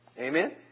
Amen